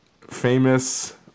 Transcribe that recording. famous